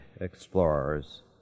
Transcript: explorers